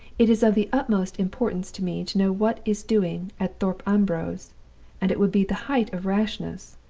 it is of the utmost importance to me to know what is doing at thorpe ambrose and it would be the height of rashness,